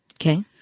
Okay